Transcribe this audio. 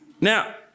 Now